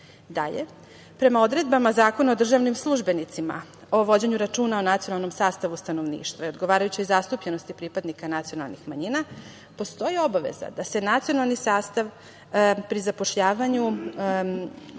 uprave. Dalje, prema odredbama Zakona o državnim službenicima o vođenju računa o nacionalnom sastavu stanovništva i odgovarajućoj zastupljenosti pripadnika nacionalnih manjina postoji obaveza da nacionalni sastav prilikom zapošljavanja u